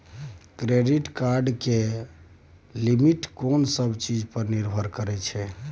Credit card के limit कोन सब चीज पर निर्भर करै छै?